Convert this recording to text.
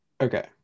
Okay